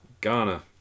Ghana